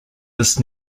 this